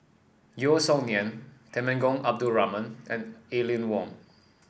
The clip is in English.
Yeo Song Nian Temenggong Abdul Rahman and Aline Wong